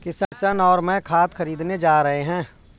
किशन और मैं खाद खरीदने जा रहे हैं